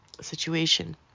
situation